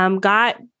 Got